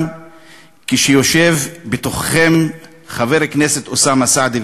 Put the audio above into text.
כשיושב בתוככם חבר הכנסת אוסאמה סעדי,